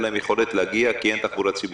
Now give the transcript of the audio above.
להם יכולת להגיע כי אין תחבורה ציבורית.